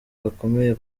gakomeye